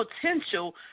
potential